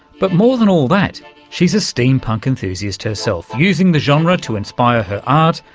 but more than all that she's a steampunk enthusiast herself, using the genre to inspire her art,